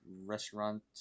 restaurant